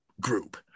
group